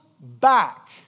back